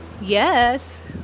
yes